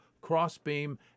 Crossbeam